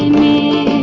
me,